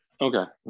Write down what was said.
okay